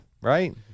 Right